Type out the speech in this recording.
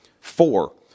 four